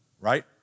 right